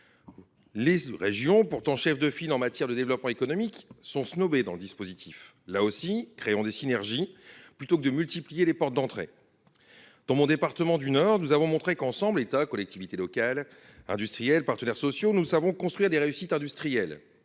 Les régions, pourtant cheffes de file en matière de développement économique, sont snobées dans le dispositif. Là aussi, créons des synergies, au lieu de multiplier les portes d’entrée. Dans le département dont je suis élu, le Nord, nous avons montré qu’ensemble, État, collectivités locales, industriels, partenaires sociaux, nous savons construire des réussites industrielles.